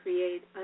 Create